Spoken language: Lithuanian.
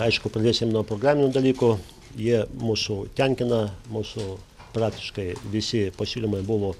aišku pradėsim nuo programinių dalykų jie mūsų tenkina mūsų praktiškai visi pasiūlymai buvo